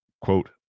Quote